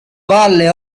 valle